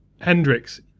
Hendrix